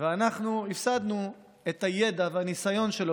ואנחנו הפסדנו את הידע והניסיון שלו